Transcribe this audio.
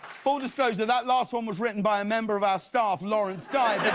full disclosure that last one was written by a member of our staff, lawrence dai